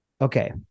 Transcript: okay